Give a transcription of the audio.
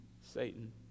Satan